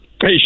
Hey